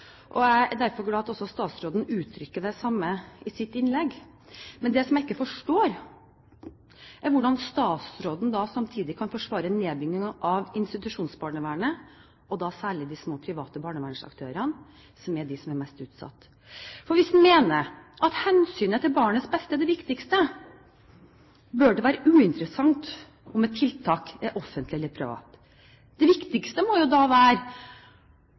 Jeg er derfor glad for at også statsråden uttrykker det samme i sitt innlegg. Men det jeg ikke forstår, er hvordan statsråden samtidig kan forsvare nedbygging av institusjonsbarnevernet, og da særlig de små private barnvernsaktørene, som er de som er mest utsatt. Hvis en mener at hensynet til barnets beste er det viktigste, bør det være uinteressant om et tiltak er offentlig eller privat. Det viktigste må da være